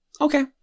Okay